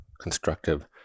constructive